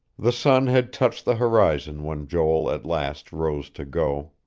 the sun had touched the horizon when joel at last rose to go.